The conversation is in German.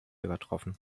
übertroffen